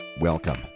Welcome